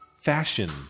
fashion